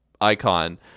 icon